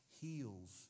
heals